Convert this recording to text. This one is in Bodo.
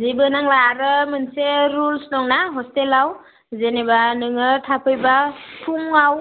जेबो नांला आरो मोनसे रुलस दंना हस्टेलाव जेनेबा नोङो थाफैब्ला फुङाव